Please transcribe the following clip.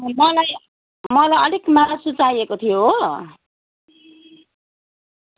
मलाई मलाई अलिक मासु चाहिएको थियो हो